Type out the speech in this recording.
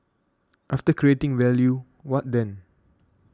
after creating value what then